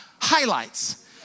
highlights